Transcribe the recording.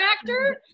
actor